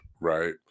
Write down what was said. right